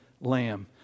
lamb